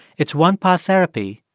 it's one part therapy,